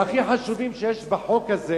הכי חשובים שיש בחוק הזה